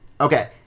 okay